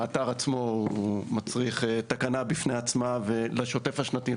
האתר עצמו מצריך תקנה בפני עצמה לשוטף השנתי,